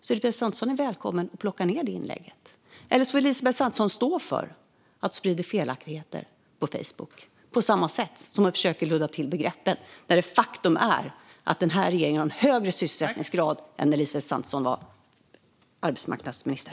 Elisabeth Svantesson är välkommen att plocka ned det inlägget, eller så får Elisabeth Svantesson stå för att hon sprider felaktigheter på Facebook på samma sätt som hon försöker ludda till begreppen. Faktum är att det nu under den här regeringen är en högre sysselsättningsgrad än det var när Elisabeth Svantesson var arbetsmarknadsminister.